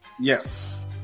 Yes